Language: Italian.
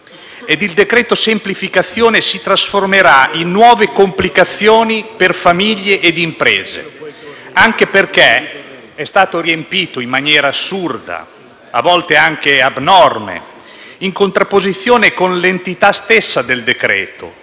e il decreto semplificazione si trasformerà in nuove complicazioni per famiglie ed imprese, anche perché è stato riempito in maniera assurda, a volte anche abnorme e in contrapposizione con l'entità stessa del